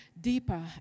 deeper